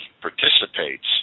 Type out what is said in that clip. participates